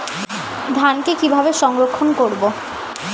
ধানকে কিভাবে সংরক্ষণ করব?